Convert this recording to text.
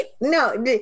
No